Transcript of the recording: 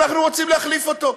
ואנחנו רוצים להחליף אותו.